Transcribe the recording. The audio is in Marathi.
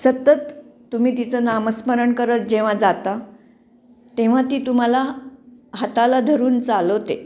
सतत तुम्ही तिचं नामस्मरण करत जेव्हा जाता तेव्हा ती तुम्हाला हाताला धरून चालवते